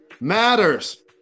matters